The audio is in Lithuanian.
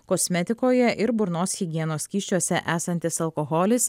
kosmetikoje ir burnos higienos skysčiuose esantis alkoholis